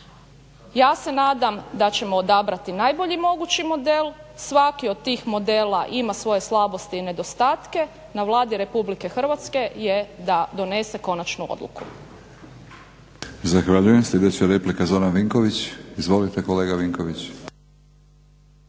Ja se nadam da ćemo odabrati najbolji mogući model. Svaki od tih modela ima svoje slabosti i nedostatke. Na Vladi Republike Hrvatske je da donese konačnu odluku. **Batinić, Milorad (HNS)** Zahvaljujem. Sljedeća replika Zoran Vinković. Izvolite kolega Vinković.